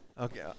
Okay